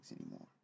anymore